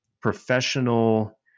professional